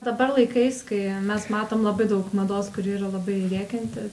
dabar laikais kai mes matom labai daug mados kuri yra labai rėkianti